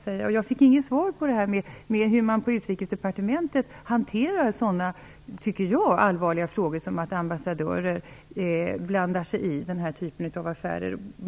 Jag fick inget svar på frågan om hur man på Utrikesdepartementet hanterar sådana, som jag tycker, allvarliga frågor som att ambassadörer blandar sig i den här typen av affärer.